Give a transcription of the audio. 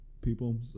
People